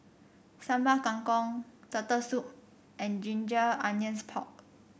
Sambal Kangkong Turtle Soup and Ginger Onions Pork